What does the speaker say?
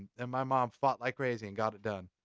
and my mom fought like crazy and got it done.